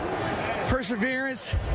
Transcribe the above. perseverance